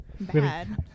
bad